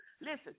listen